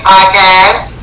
Podcast